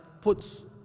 puts